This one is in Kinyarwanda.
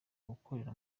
gukorera